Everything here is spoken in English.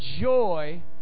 joy